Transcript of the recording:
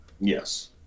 yes